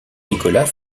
nicolas